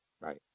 Right